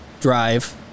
drive